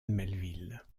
melville